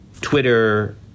Twitter